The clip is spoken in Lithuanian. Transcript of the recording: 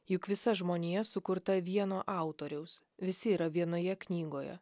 juk visa žmonija sukurta vieno autoriaus visi yra vienoje knygoje